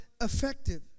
effective